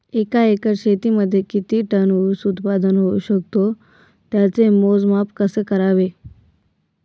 एका एकर शेतीमध्ये किती टन ऊस उत्पादन होऊ शकतो? त्याचे मोजमाप कसे करावे?